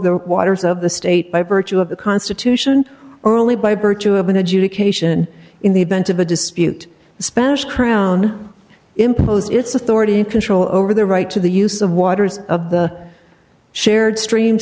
the waters of the state by virtue of the constitution or only by virtue of an adjudication in the event of a dispute a spanish crown impose its authority control over their right to the use of waters of the shared stream